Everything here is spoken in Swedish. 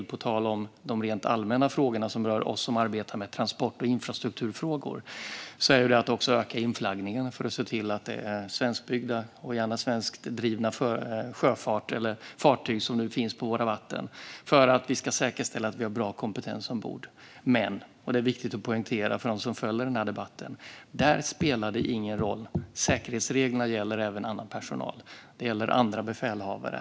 På tal om de rent allmänna frågorna som rör oss som arbetar med transport och infrastrukturfrågor är en viktig del också att öka inflaggningen, så att det är svenskbyggda och gärna svenskdrivna fartyg som finns på våra vatten och för att säkerställa att vi har bra kompetens ombord. Men, och det är viktigt att poängtera för dem som följer den här debatten, säkerhetsreglerna gäller även annan personal och andra befälhavare.